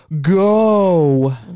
go